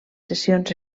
sessions